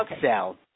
sell